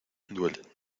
duelen